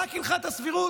רק הלכת הסבירות?